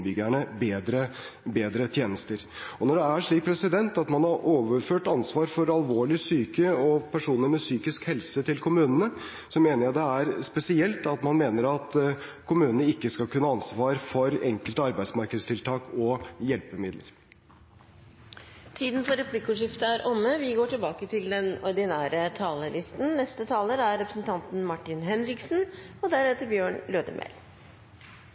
bedre tjenester. Når det er slik at man har overført ansvar for alvorlig syke og personer med psykisk helse til kommunene, mener jeg det er spesielt at man mener at kommunene ikke skal kunne ha ansvar for enkelte arbeidsmarkedstiltak og hjelpemidler. Replikkordskiftet er omme. Regjeringa er